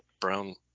Brown